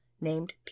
named